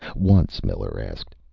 once miller asked,